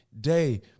day